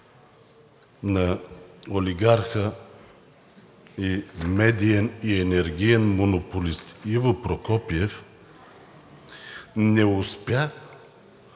на олигарха, медиен и енергиен монополист Иво Прокопиев, не успя